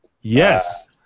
Yes